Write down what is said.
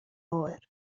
oer